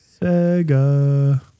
Sega